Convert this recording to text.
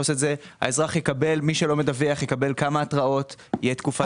מי שלא מדווח יקבל כמה התראות; תהיה תקופת ביניים